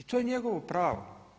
To je njegovo pravo.